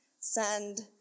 send